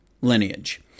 lineage